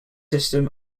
system